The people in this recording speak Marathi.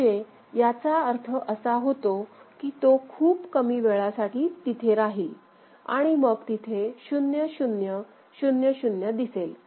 म्हणजे याचा अर्थ असा होतो की तो खूप कमी वेळासाठी तिथे राहील आणि मग तिथे 0000 दिसेल